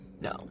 No